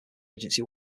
agency